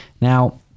Now